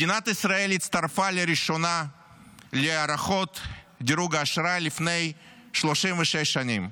מדינת ישראל הצטרפה לראשונה להערכות דירוג האשראי לפני 36 שנים,